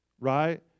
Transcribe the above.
right